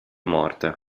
morte